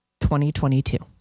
2022